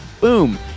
boom